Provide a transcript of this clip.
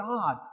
God